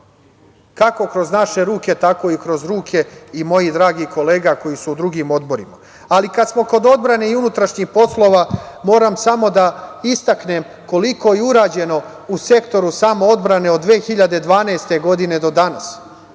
kako kroz naše ruke tako i kroz ruke i mojih dragih kolega koji su u drugim odborima. Kad smo kod odbrane i unutrašnjih poslov,a moram samo da istaknem koliko je urađeno u sektoru samoodbrane od 2012. godine do danas.